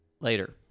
Later